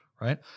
Right